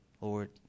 Lord